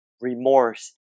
remorse